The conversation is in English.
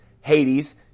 Hades